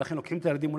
ולכן לוקחים את הילדים,